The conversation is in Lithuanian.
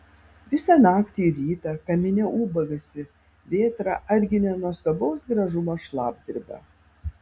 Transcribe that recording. visą naktį ir rytą kamine ūbavusi vėtra atginė nuostabaus gražumo šlapdribą